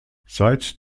seit